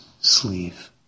sleeve